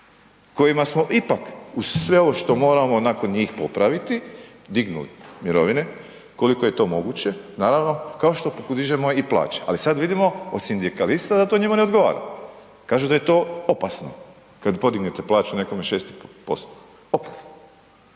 kojima smo ipak uz sve ovo što moramo nakon njih popravit, dignut mirovine koliko je to moguće naravno, kao što dižemo i plaće ali sad vidimo od sindikalista da to njima ne odgovara, kažu da je to opasno. Kad podignete plaću nekome 6%, opasno